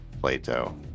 Plato